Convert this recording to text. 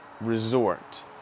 resort